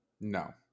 no